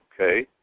okay